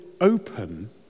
open